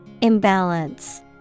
Imbalance